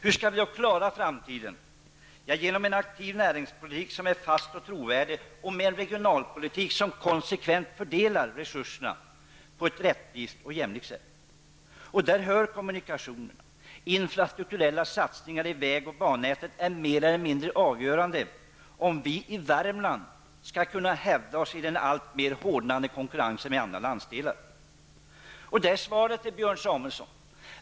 Hur skall vi då klara framtiden? Jo, genom en aktiv näringspolitik som är fast och trovärdig och med en regionalpolitik som konsekvent fördelar resurserna på ett rättvist och jämlikt sätt. Dit hör kommunikationerna. Infrastrukturella satsningar på väg och bannätet är mer eller mindre avgörande för om vi i Värmland skall kunna hävda oss i den alltmer hårdnande konkurrensen med andra landsdelar. Det är svaret till Björn Samuelson.